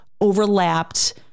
overlapped